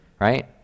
right